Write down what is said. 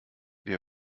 wir